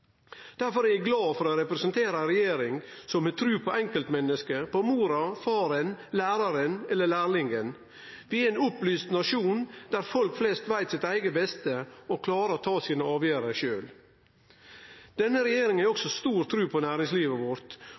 Derfor er eg glad for å representere ei regjering som har tru på enkeltmennesket – på mora, faren læraren eller lærlingen. Vi er ein opplyst nasjon der folk flest veit sitt eige beste og klarer å ta sine avgjerder sjølv. Denne regjeringa har også stor tru på næringslivet vårt